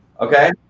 okay